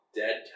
dead